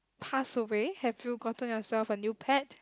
pass away have you gotten yourself a new pet